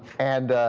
and ah.